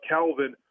Calvin